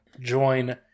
join